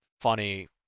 funny